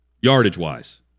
yardage-wise